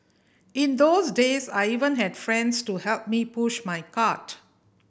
in those days I even had friends to help me push my cart